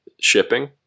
shipping